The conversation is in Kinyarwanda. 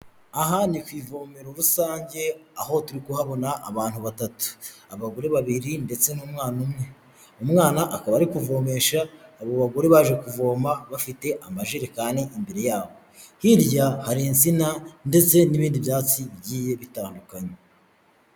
Aha ni ku ivomero rusange, aho turi kuhabona abantu batatu; abagore babiri ndetse n'umwana umwe. Umwana akaba ari kuvomesha, abo bagore baje kuvoma bafite amajerekani, imbere yabo. Hirya hari insina ndetse n'ibindi byatsi bigiye bitandukanye.